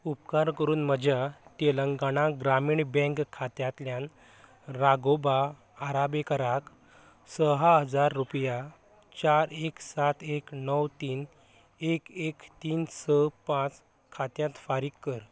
उपकार करून म्हज्या तेलंगाणा ग्रामीण बँक खात्यांतल्यान राघोबा आराबेकाराक सहा हजार रुपया चार एक सात एक णव तीन एक एक तीन स पांच खात्यांत फारीक कर